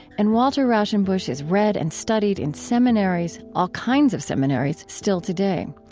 and walter rauschenbusch is read and studied in seminaries all kinds of seminaries still today.